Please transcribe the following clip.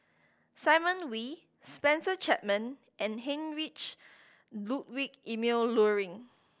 Simon Wee Spencer Chapman and Heinrich Ludwig Emil Luering